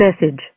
message